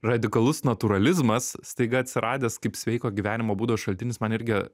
radikalus natūralizmas staiga atsiradęs kaip sveiko gyvenimo būdo šaltinis man irgi